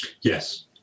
Yes